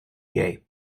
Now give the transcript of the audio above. gay